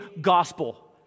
gospel